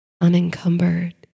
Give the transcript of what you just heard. unencumbered